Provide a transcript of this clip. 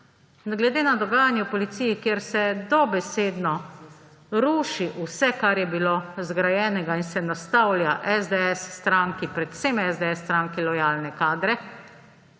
glede na dogajanje v policiji, kjer se dobesedno ruši vse, kar je bilo zgrajenega, in se nastavlja stranki SDS, predvsem stranki SDS lojalne kadre,